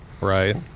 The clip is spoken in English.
Right